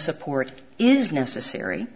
support is necessary